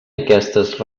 aquestes